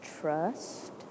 trust